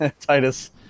titus